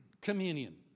communion